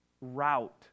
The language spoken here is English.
route